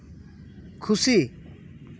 ᱠᱷᱩᱥᱤ